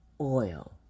Oil